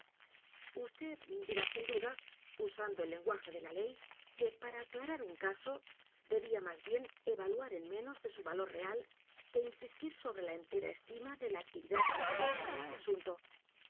vd dirá sin duda usando el lenguaje de la ley que para aclarar un caso debía más bien avaluar en menos de su valor real que insistir sobre la entera estima de la actividad requerida en este asunto